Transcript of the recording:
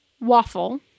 waffle